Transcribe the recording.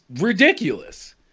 ridiculous